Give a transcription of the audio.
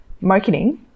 marketing